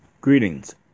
Greetings